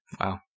Wow